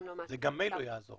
גם מייל לא יעזור